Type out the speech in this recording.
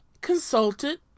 consulted